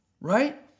right